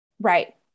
Right